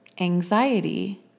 anxiety